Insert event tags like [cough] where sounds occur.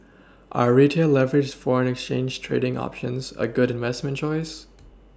[noise] are retail leveraged foreign exchange trading options a good investment choice